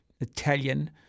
Italian